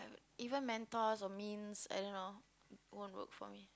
even Menthols or mints I don't know won't work for me